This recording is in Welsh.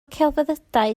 celfyddydau